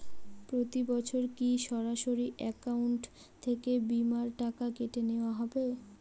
প্রতি বছর কি সরাসরি অ্যাকাউন্ট থেকে বীমার টাকা কেটে নেওয়া হবে?